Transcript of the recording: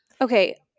Okay